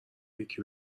یکی